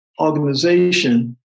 organization